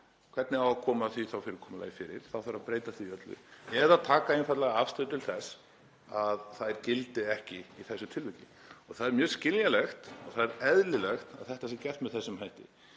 Hvernig á að koma því fyrirkomulagi fyrir? Þá þarf að breyta því öllu. Eða taka einfaldlega afstöðu til þess að þær gildi ekki í þessu tilviki. Það er mjög skiljanlegt og eðlilegt að þetta sé gert með þessum hætti.